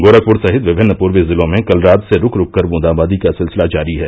गोरखपुर सहित विभिन्न पूर्वी जिलों में कल रात से रूक रूक कर बूंदाबांदी का सिलसिला जारी है